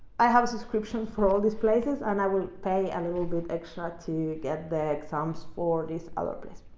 i have a subscription for all these places and i will pay and a little bit extra to get the exams for this other place.